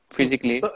Physically